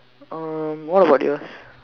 um what about yours